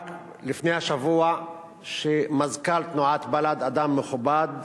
רק לפני שבוע מזכ"ל תנועת בל"ד, אדם מכובד,